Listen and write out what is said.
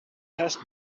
passed